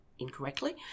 incorrectly